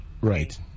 right